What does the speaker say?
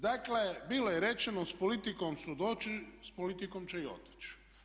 Dakle, bilo je rečeno s politikom su došli s politikom će i otići.